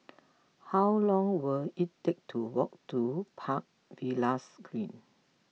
how long will it take to walk to Park Villas Green